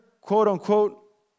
quote-unquote